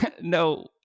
no